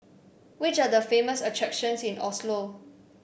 which are the famous attractions in Oslo